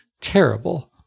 terrible